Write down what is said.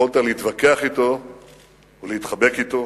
יכולת להתווכח אתו ולהתחבק אתו,